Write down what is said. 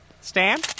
Stan